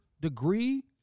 degree